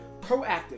proactive